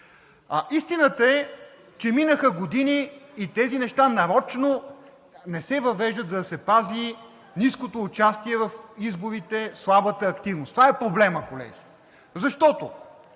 Истината е, че минаха години и тези неща нарочно не се въвеждат, за да се пази ниското участие в изборите – слабата активност. Това е проблемът, колеги, защото,